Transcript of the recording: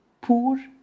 poor